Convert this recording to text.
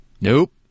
Nope